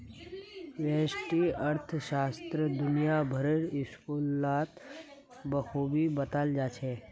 व्यष्टि अर्थशास्त्र दुनिया भरेर स्कूलत बखूबी बताल जा छह